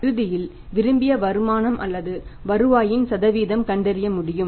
இறுதியில் விரும்பிய வருமானம் அல்லது வருவாயின் சதவீதம் கண்டறிய முடியும்